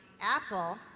Apple